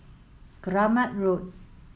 Keramat Road